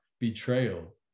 betrayal